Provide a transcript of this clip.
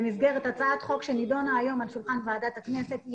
במסגרת הצעת חוק שנדונה היום על שולחן ועדת הכנסת,